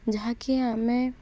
ଯାହାକି ଆମେ